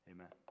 Amen